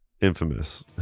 infamous